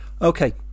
okay